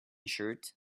shirt